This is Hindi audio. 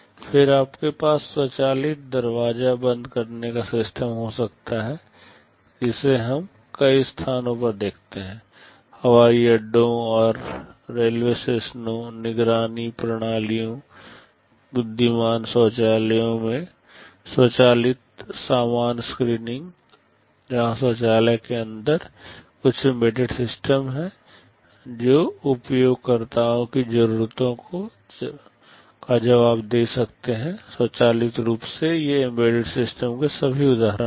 फिर आपके पास स्वचालित दरवाजा बंद करने का सिस्टम हो सकता है जिसे हम कई स्थानों पर देखते हैं हवाई अड्डों और रेलवे स्टेशनों निगरानी प्रणालियों बुद्धिमान शौचालयों में स्वचालित सामान स्क्रीनिंग जहां शौचालयों के अंदर कुछ एम्बेडेड सिस्टम हैं जो उपयोगकर्ताओं की ज़रूरतों का जवाब दे सकते हैं स्वचालित रूप से ये एम्बेडेड सिस्टम के सभी उदाहरण हैं